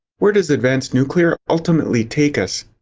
where does advanced nuclear ultimately take us?